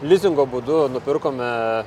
lizingo būdu nupirkome